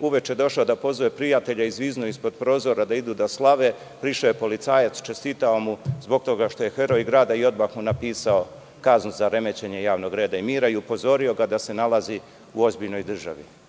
uveče došao da pozove prijatelje, zviznuo ispod prozora da idu da slave, prišao je policajac, čestitao mu zbog toga što je heroj grada i odmah mu napisao kaznu za remećenje javnog reda i mira i upozorio ga da se nalazi u ozbiljnoj državi.I